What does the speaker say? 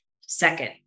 second